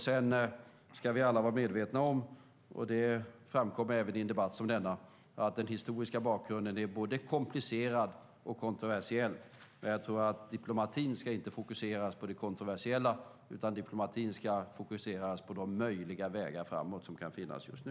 Sedan ska vi alla vara medvetna om - och det framkommer även i en debatt som denna - att den historiska bakgrunden är både komplicerad och kontroversiell. Diplomatin ska inte fokuseras på det kontroversiella utan på de möjliga vägar framåt som kan finnas just nu.